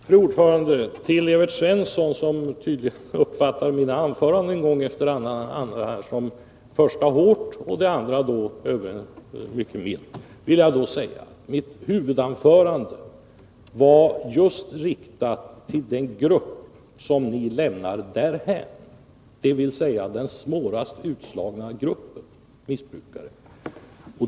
Fru talman! Till Evert Svensson, som tydligen uppfattar mitt första anförande som hårt och det andra som milt, vill jag säga: Mitt huvudanförande inriktade sig just på den grupp som ni lämnar därhän, dvs. de svårast utslagna, missbrukarna.